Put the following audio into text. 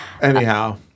Anyhow